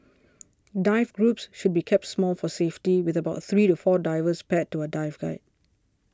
dive groups should be kept small for safety with about three to four divers paired to a dive guide